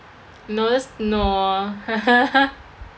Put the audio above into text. no that's no ah